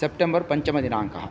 September पञ्चमदिनाङ्कः